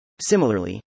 Similarly